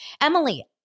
Emily